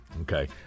Okay